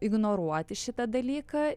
ignoruoti šitą dalyką